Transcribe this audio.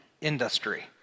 industry